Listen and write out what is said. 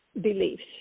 beliefs